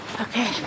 Okay